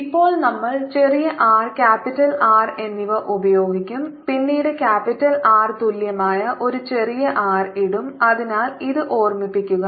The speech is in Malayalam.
ഇപ്പോൾ നമ്മൾ ചെറിയ r ക്യാപിറ്റൽ R എന്നിവ ഉപയോഗിക്കും പിന്നീട് ക്യാപിറ്റൽ R തുല്യമായ ഒരു ചെറിയ r ഇടും അതിനാൽ ഇത് ഓർമ്മിപ്പിക്കുക